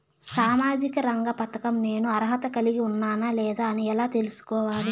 సామాజిక రంగ పథకం నేను అర్హత కలిగి ఉన్నానా లేదా అని ఎలా తెల్సుకోవాలి?